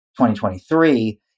2023